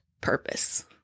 purpose